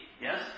Yes